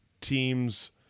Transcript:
teams